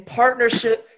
partnership